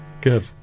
good